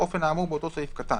באופן האמור באותו סעיף קטן,